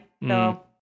No